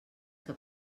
que